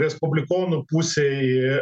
respublikonų pusėj